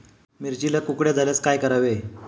मिरचीला कुकड्या झाल्यास काय करावे?